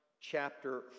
chapter